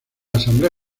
asamblea